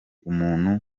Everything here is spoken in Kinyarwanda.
umuntu